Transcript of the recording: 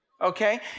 Okay